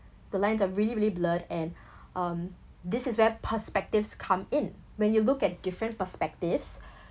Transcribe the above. the lines are really really blurred and um this is where perspectives come in when you look at different perspectives